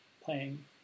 playing